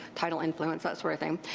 tidal influence, that sort of thing,